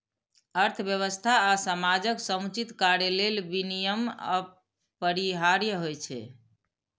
अर्थव्यवस्था आ समाजक समुचित कार्य लेल विनियम अपरिहार्य होइ छै